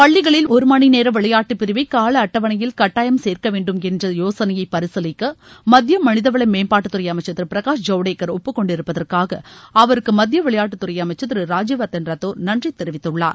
பள்ளிகளில் ஒரு மணிநேர விளையாட்டுப் பிரிவை கால அட்டவணையில் கட்டாயம் சேர்க்கவேண்டும் என்ற போசனையை பரிசிலிக்க மத்திய மனிதவள மேம்பாட்டுத்துறை அமைச்சா் திரு பிரகாஷ் ஜவ்டேகா் ஒப்புக்கொண்டிருப்பதற்காக அவருக்கு மத்திய விளையாட்டுகள் துறை அமைச்சர் திரு ராஜ்யவர்தன் ரத்தோர் நன்றி தெரிவித்துள்ளார்